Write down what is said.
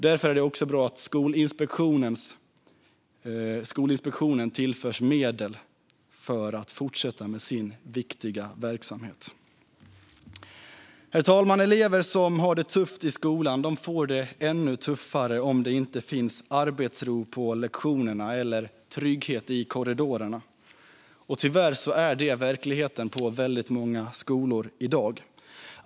Därför är det bra att Skolinspektionen tillförs medel för att fortsätta sin viktiga verksamhet. Herr talman! Elever som har det tufft i skolan får det ännu tuffare om det inte finns arbetsro på lektionerna eller trygghet i korridorerna. Tyvärr är detta verkligheten på många skolor i dag.